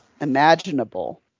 imaginable